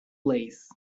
lace